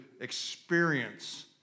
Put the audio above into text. experience